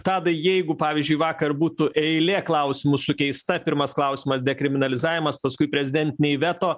tadai jeigu pavyzdžiui vakar būtų eilė klausimų sukeista pirmas klausimas dekriminalizavimas paskui prezidentiniai veto